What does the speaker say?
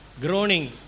Groaning